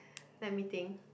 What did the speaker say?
let me think